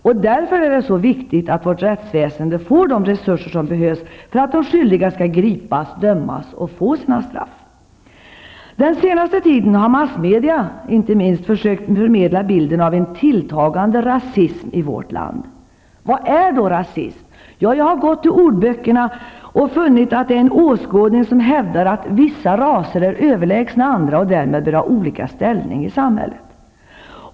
Därför är det så viktigt att vårt rättsväsende får de resurser som behövs för att de skyldiga skall gripas, dömas och få sina straff. Den senaste tiden har inte minst massmedia försökt förmedla bilden av en tilltagande rasism i vårt land. Vad är då rasism? Ja, jag har gått till ordböckerna och funnit att det är en åskådning som hävdar att vissa raser är överlägsna andra och att raserna därmed bör ha olika ställning i samhället.